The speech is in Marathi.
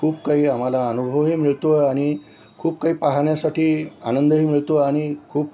खूप काही आम्हाला अनुभवही मिळतो आणि खूप काही पाहण्यासाठी आनंदही मिळतो आणि खूप